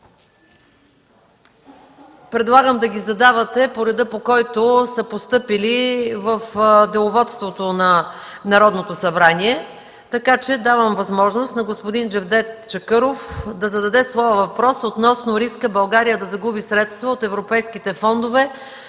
Предлагам да ги задавате по реда, по който са постъпили в Деловодството на Народното събрание. Давам възможност на господин Джевдет Чакъров да зададе своя въпрос относно риска България да загуби средства от европейските фондове